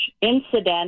incident